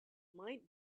might